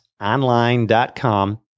online.com